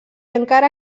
encara